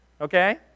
okay